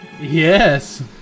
Yes